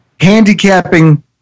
handicapping